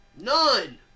None